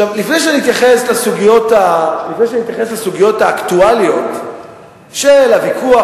לפני שאני אתייחס לסוגיות האקטואליות של הוויכוח